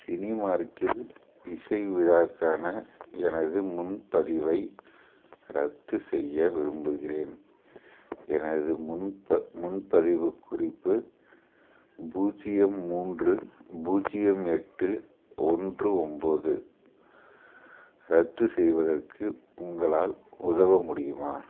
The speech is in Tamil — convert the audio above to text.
சினிமார்க்கில் இசை விழாவுக்கான எனது முன்பதிவை ரத்துசெய்ய விரும்புகிறேன் எனது முன்ப முன்பதிவு குறிப்பு பூஜ்ஜியம் மூன்று பூஜ்ஜியம் எட்டு ஒன்று ஒன்போது ரத்து செய்வதற்கு உங்களால் உதவ முடியுமா